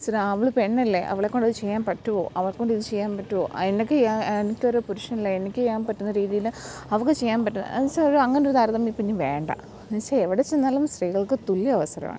എന്നു വച്ചാൽ അവൾ പെണ്ണല്ലെ അവളെക്കൊണ്ടത് ചെയ്യാൻ പറ്റുമോ അവളെക്കൊണ്ടിത് ചെയ്യാൻ പറ്റുമോ ആ എനിക്ക് എനക്കൊരു പുരുഷൻ അല്ലെ എനിക്ക് ചെയ്യാൻ പറ്റുന്ന രീതിയിൽ അവൾക്ക് ചെയ്യാൻ പറ്റുമോ എന്നു വച്ചാൽ ഒരു അങ്ങനെയൊരു താരതമ്യം ഇപ്പം ഇനി വേണ്ട എന്നു വച്ചാൽ എവിടെച്ചെന്നാലും സ്ത്രീകൾക്ക് തുല്യ അവസരമാണ്